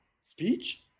speech